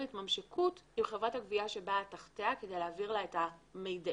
התממשקות עם חברת הגבייה שבאה תחתיה כדי להעביר לה את המידעים,